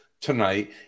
tonight